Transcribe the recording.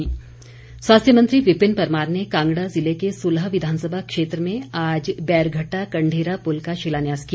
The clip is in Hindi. स्वास्थ्य मंत्री स्वास्थ्य मंत्री विपिन परमार ने कांगड़ा जिले के सुलह विधानसभा क्षेत्र में आज बैरघट्टा कण्ढेरा पुल का शिलान्यास किया